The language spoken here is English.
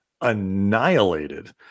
annihilated